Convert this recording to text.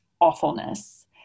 awfulness